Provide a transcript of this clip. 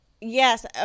Yes